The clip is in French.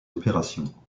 opérations